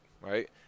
right